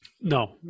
No